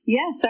Yes